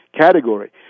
category